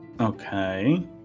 Okay